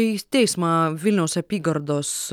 į teismą vilniaus apygardos